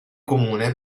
comune